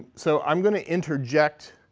so i'm going to interject